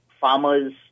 farmers